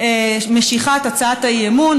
משיכת הצעת האי-אמון,